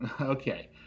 okay